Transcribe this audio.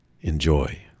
Enjoy